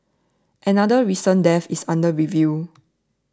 another recent death is under review